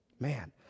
Man